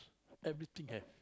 everything have